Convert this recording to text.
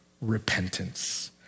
Repentance